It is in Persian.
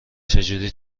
چجوری